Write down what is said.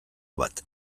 bat